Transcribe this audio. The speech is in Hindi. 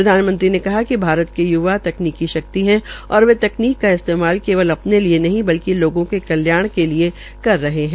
प्रधानमंत्री ने कहा कि भारत के य्वा तकनीकी शक्ति है और वे वे तकनीक का इस्तेमाल केवल अपने लिये नहीं बल्कि लोगों के कल्याण के लिए कर रहे है